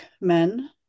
men